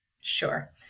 Sure